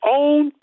own